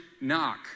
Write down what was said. knock